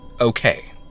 okay